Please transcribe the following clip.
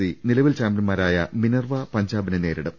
C നിലവിൽ ചാമ്പ്യന്മാരായ Minerva പഞ്ചാബിനെ നരിടും